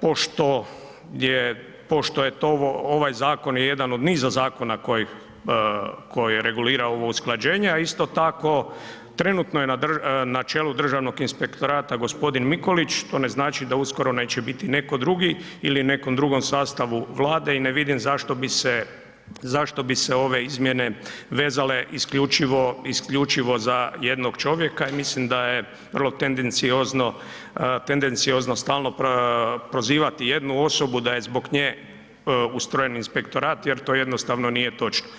pošto je, pošto je ovaj zakon jedan od niza zakona koji, koje regulira ovo usklađenje, a isto tako trenutno je na čelu Državnog inspektora gospodin Mikulić što ne znači da uskoro neće biti netko drugi ili nekom drugom sastavu Vlade i ne vidim zašto bi se ove izmjene vezale isključivo za jednog čovjeka i mislim da je vrlo tendenciozno, tendenciozno stalno prozivati jednu osobu da je zbog nje ustrojen inspektorat jer to jednostavno nije točno.